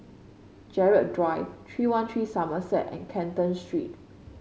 Gerald Drive three one three Somerset and Canton Street